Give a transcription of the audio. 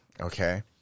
Okay